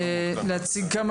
להציג כמה